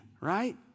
right